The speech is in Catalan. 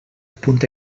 punt